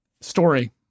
Story